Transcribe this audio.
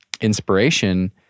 inspiration